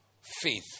faith